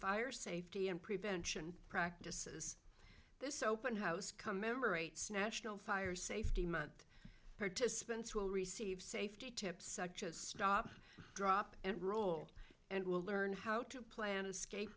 fire safety and prevention practices this open house cum member rates national fire safety month participants will receive safety tips such as stop drop and roll and will learn how to plan escape